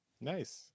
Nice